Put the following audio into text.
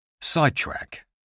Sidetrack